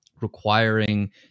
requiring